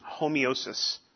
Homeosis